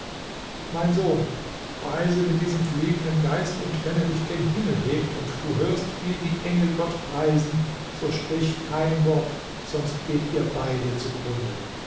mein sohn reise mit diesem fliegenden geist und wenn er dich gen himmel hebt und du hörst wie die engel gott preisen so sprich kein wort sonst geht ihr beide zugrunde